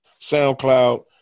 SoundCloud